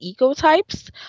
ecotypes